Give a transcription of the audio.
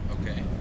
Okay